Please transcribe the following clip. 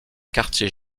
quartier